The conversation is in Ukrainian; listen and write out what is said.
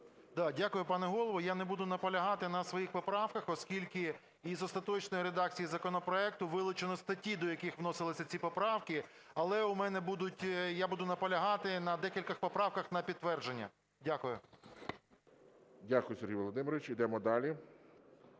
Дякую, пане Голово. Я не буду наполягати на своїх поправках, оскільки із остаточної редакції законопроекту вилучено статті, до яких вносились ці поправки. Але я буду наполягати на декількох поправках на підтвердження. Дякую. ГОЛОВУЮЧИЙ. Дякую, Сергій Володимирович. Йдемо далі.